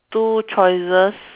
two choices